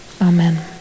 Amen